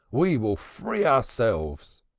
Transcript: we will free ourselves.